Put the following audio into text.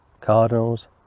cardinals